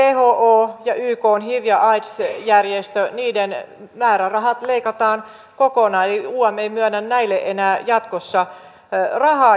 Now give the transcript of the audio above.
whon ja ykn hiv ja aids järjestön määrärahat leikataan kokonaan eli um ei myönnä näille enää jatkossa rahaa